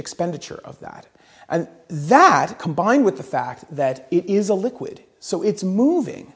expenditure of that and that combined with the fact that it is a liquid so it's movi